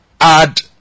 add